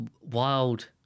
wild